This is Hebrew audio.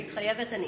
מתחייבת אני